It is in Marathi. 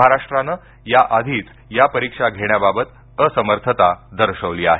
महाराष्ट्रानं या आधीच या परिक्षा घेण्याबाबत असमर्थता दर्शवली आहे